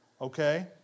okay